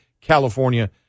California